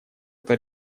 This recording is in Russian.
это